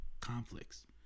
conflicts